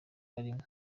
barimwo